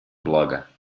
блага